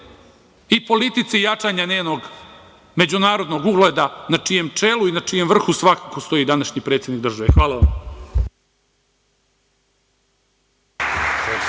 i politici jačanja njenog međunarodnog ugleda na čijem čelu i na čijem vrhu svakako stoji današnji predsednik države. Hvala.